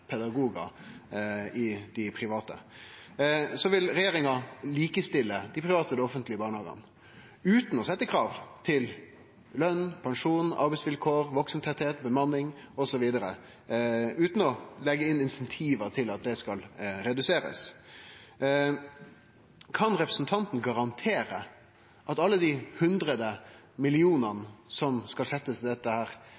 pedagogar i dei private. Så vil regjeringa likestille dei private og dei offentlege barnehagane, utan å stille krav til løn, pensjon, arbeidsvilkår, vaksentettleik, bemanning osv., utan å leggje inn incentiv til at det skal reduserast. Kan representanten garantere at alle dei